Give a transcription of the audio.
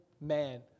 man